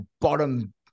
bottom